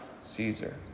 Caesar